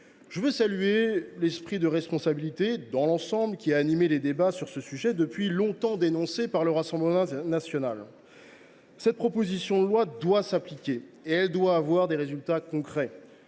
Je salue l’esprit de responsabilité qui a dans l’ensemble animé nos débats sur un sujet depuis longtemps dénoncé par le Rassemblement national. La proposition de loi devra s’appliquer et se traduire par des résultats concrets.